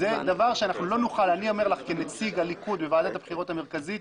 אני אומר לך כנציג הליכוד בוועדת הבחירות המרכזית,